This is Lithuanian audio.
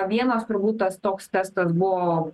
vienas turbūt tas toks testas buvo